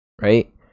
right